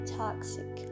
toxic